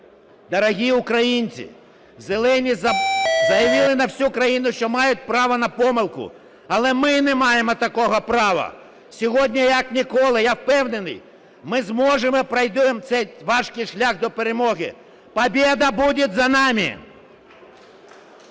дорогі українці, "зелені" заявили на всю країну, що мають право на помилку, але ми не маємо такого права. Сьогодні, як ніколи, я впевнений, ми зможемо, пройдемо цей важкий шлях до перемоги. Победа будет за нами!